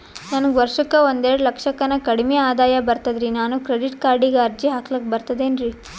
ನನಗ ವರ್ಷಕ್ಕ ಒಂದೆರಡು ಲಕ್ಷಕ್ಕನ ಕಡಿಮಿ ಆದಾಯ ಬರ್ತದ್ರಿ ನಾನು ಕ್ರೆಡಿಟ್ ಕಾರ್ಡೀಗ ಅರ್ಜಿ ಹಾಕ್ಲಕ ಬರ್ತದೇನ್ರಿ?